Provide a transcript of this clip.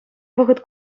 вӑхӑт